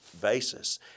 basis